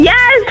Yes